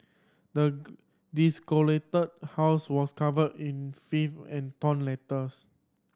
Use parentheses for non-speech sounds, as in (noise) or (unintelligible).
the (unintelligible) house was covered in filth and torn letters